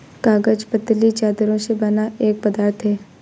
कागज पतली चद्दरों से बना एक पदार्थ है